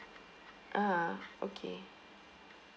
ah okay